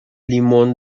limón